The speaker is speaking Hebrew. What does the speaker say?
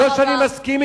לא שאני מסכים.